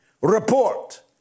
report